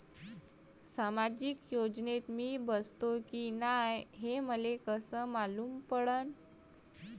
सामाजिक योजनेत मी बसतो की नाय हे मले कस मालूम पडन?